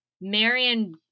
Marion